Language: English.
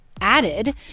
added